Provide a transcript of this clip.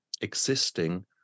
existing